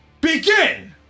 Begin